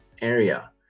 area